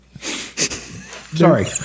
sorry